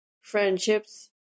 friendships